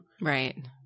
right